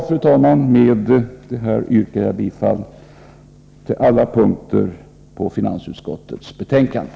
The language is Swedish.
Slutligen yrkar jag bifall till utskottets hemställan på alla punkter.